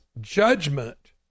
judgment